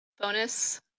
bonus